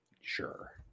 sure